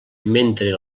mentre